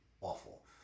awful